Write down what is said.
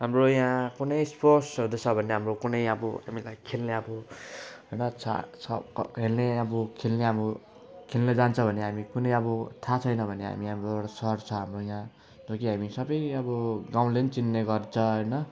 हाम्रो यहाँ कुनै स्पोर्ट्सहरू छ भने हाम्रो कुनै अब हामीलाई खेल्ने अब होइन छ छ क खेल्ने अब खेल्ने अब खेल्नु जान्छ भने हामी कुनै अब थाहा छैन भने हामी हाम्रो अब सर छ हाम्रो यहाँ ताकि हामी सबै अब गाउँले पनि चिन्ने गर्छ होइन